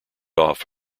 off